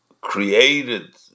created